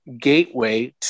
gateway